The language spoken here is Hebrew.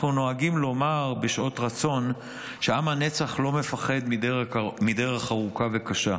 אנחנו נוהגים לומר בשעות רצון שעם הנצח לא מפחד מדרך ארוכה וקשה.